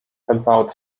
about